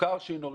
מוכר שאינו רשמי,